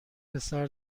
پسر